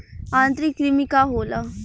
आंतरिक कृमि का होला?